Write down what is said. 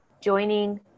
joining